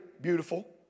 beautiful